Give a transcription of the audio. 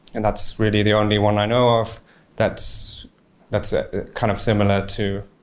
and that's really the only one i know of that's that's ah kind of similar to